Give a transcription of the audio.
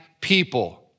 people